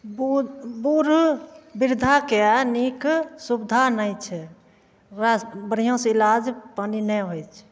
बूध बूढ़ वृद्धाके नीक सुविधा नहि छै ओकरा बढ़िआँसे इलाज पानी नहि होइ छै